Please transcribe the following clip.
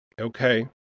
Okay